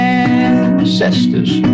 ancestors